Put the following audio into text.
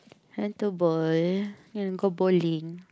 want to bowl you want go bowling